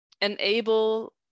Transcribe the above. enable